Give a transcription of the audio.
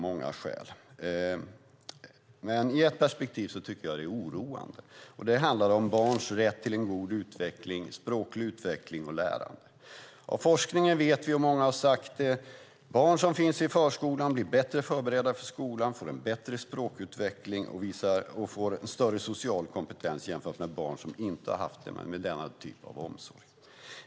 Men i ett perspektiv tycker jag att det är oroande. Det handlar om barns rätt till en god utveckling, språklig utveckling och lärande. Av forskningen vet vi, och många har sagt det, att barn som finns i förskolan blir bättre förberedda för skolan och får en bättre språkutveckling och en större social kompetens än barn som inte har haft denna typ av omsorg.